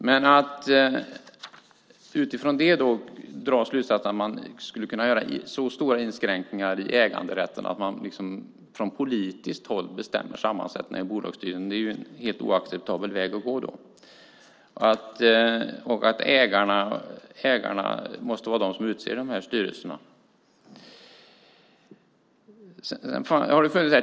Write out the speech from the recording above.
Men att utifrån det dra slutsatsen att så stora inskränkningar i äganderätten ska göras, det vill säga att man från politiskt håll bestämmer sammansättningen i bolagsstyrelser, är en helt oacceptabel väg att gå. Ägarna måste utse styrelserna.